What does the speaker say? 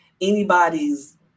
anybody's